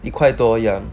一块多